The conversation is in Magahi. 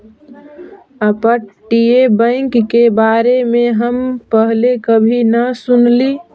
अपतटीय बैंक के बारे में हम पहले कभी न सुनली